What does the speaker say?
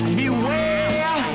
beware